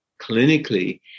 clinically